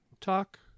talk